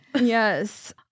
Yes